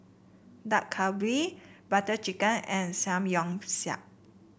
Dak Galbi Butter Chicken and Samgyeopsal